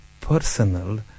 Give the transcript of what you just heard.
personal